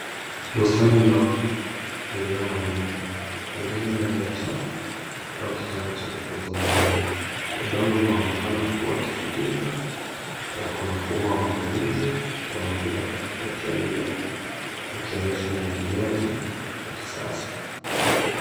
Bustani ndogo iliyo na mimea pengine ndani ya chafu au kitanda cha kukuza mimea. Udongo unaonekana kuwa tifutifu na kuna mfumo wa matonezi unaopita katikati ya mimea ukionyesha umwagiliaji wa kisasa.